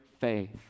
faith